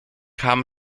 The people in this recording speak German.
kam